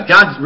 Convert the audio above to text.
God